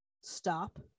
stop